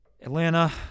Atlanta